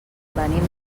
venim